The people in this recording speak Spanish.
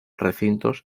recintos